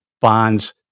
bonds